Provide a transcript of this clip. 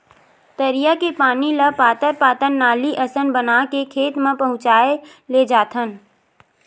तरिया के पानी ल पातर पातर नाली असन बना के खेत म पहुचाए लेजाथन